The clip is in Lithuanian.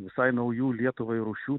visai naujų lietuvai rūšių